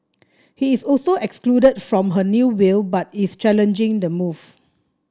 he is also excluded from her new will but is challenging the move